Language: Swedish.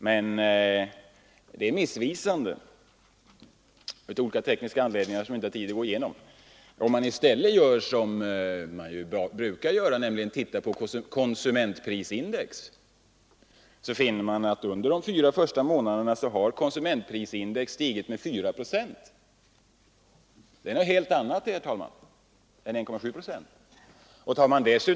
Men den uppgiften är missvisande, av olika tekniska skäl, som jag inte har tid att gå igenom. Om man i stället gör som man brukar, nämligen ser på konsumentprisindex, finner man att priserna under de fyra första månaderna stigit med 4 procent. Det är något helt annat än 1,7 procent!